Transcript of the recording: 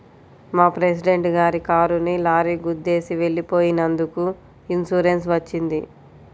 మా ప్రెసిడెంట్ గారి కారుని లారీ గుద్దేసి వెళ్ళిపోయినందుకు ఇన్సూరెన్స్ వచ్చింది